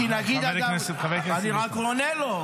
כי להגיד --- אבל חבר הכנסת --- אני רק עונה לו.